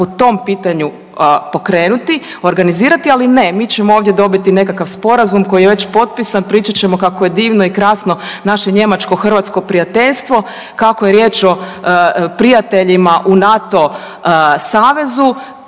po tom pitanju pokrenuti, organizirati. Ali ne, mi ćemo ovdje dobiti nekakav sporazum koji je već potpisan. Pričat ćemo kako je divno i krasno naše njemačko-hrvatsko prijateljstvo, kako je riječ o prijateljima u NATO savezu,